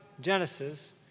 Genesis